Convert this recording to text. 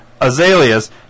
azaleas